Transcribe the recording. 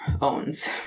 owns